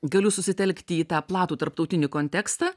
galiu susitelkti į tą platų tarptautinį kontekstą